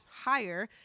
higher